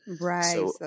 Right